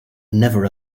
never